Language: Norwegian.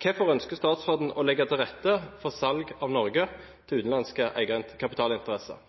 Hvorfor ønsker statsråden å legge til rette for salg av Norge til utenlandske kapitalinteresser?